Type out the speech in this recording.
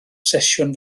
sesiwn